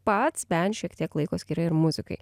pats bent šiek tiek laiko skiria ir muzikai